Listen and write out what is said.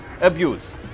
abuse